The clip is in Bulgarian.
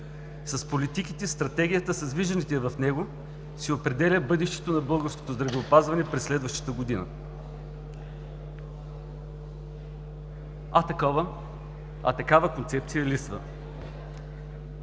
С политиките, със стратегията, с вижданията в него се определя бъдещето на българското здравеопазване през следващата година, а такава концепция липсва.